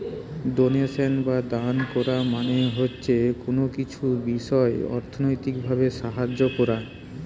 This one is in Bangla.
ডোনেশন বা দান কোরা মানে হচ্ছে কুনো কিছুর বিষয় অর্থনৈতিক ভাবে সাহায্য কোরা